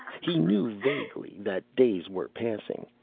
he knew vaguely that days were passing.